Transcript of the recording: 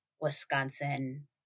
Wisconsin